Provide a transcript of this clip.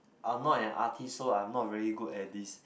I'm not an artist so I'm not very good at this